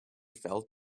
felt